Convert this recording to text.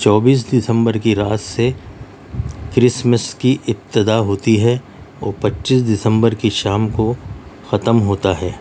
چوبیس دسمبر کی رات سے کرسمس کی ابتدا ہوتی ہے اور پچیس دسمبر کی شام کو ختم ہوتا ہے